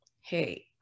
Hey